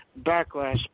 Backlash